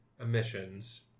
emissions